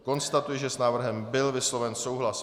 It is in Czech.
Konstatuji, že s návrhem byl vysloven souhlas.